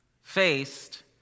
faced